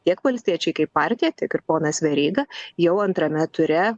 tiek valstiečiai kaip partija tiek ir ponas veryga jau antrame ture